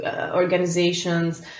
organizations